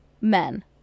men